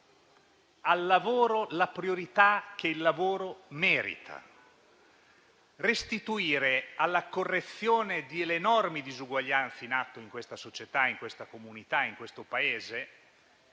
al lavoro la priorità che il lavoro merita; correggere le enormi disuguaglianze in atto in questa società, in questa comunità, in questo Paese,